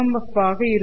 F ஆக இருக்கும்